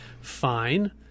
fine